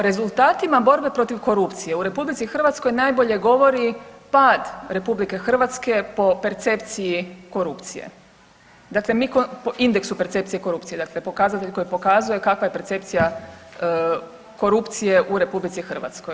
O rezultatima borbe protiv korupcije u RH najbolje govori pad RH po percepciji korupcije, dakle mi, po indeksu percepcije korupcije dakle pokazatelj koji pokazuje kakva je percepcija korupcije u RH.